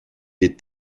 est